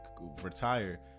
retire